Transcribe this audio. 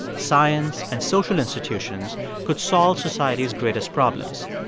science and social institutions could solve society's greatest problems.